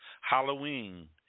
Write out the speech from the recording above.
Halloween